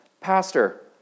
Pastor